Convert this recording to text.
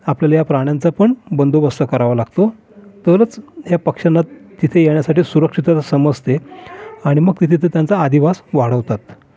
आपल्याला या प्राण्यांचा पण बंदोबस्त करावा लागतो तरच या पक्ष्यांना तिथं येण्यासाठी सुरक्षितता समजते आणि मग तिथे ते त्यांचा अधिवास वाढवतात